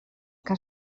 que